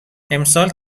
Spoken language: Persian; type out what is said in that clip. امسال